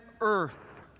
earth